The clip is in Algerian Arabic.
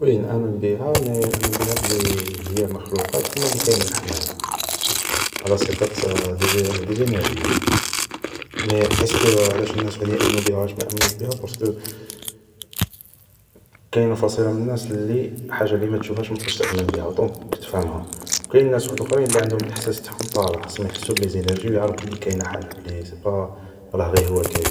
وي نامن بيها, مي نامن بيها بلي هي مخلوقات كيما لي كاينين حنايا, على صفت دي زينارجي هوما, مي اسكو علاش الناس يامنو بيها و علاش ما يامنوش بيها بارسكو كاينة فصيلة من الناس الحاجة اللي ما تشوفهاش ما تقدش تامن بيها, دونك تفهمها, و كاين ناس وحدخرين اللي عندهم الاحساس تاعهم طالع, سما يحسو بلي زينارجي و يعرف بلي كاينة حاجة بلي سيبا, راه غي هوا كاين